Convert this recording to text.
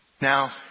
Now